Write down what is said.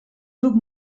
grup